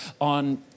on